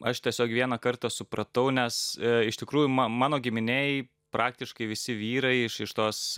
aš tiesiog vieną kartą supratau nes iš tikrųjų ma mano giminėj praktiškai visi vyrai iš iš tos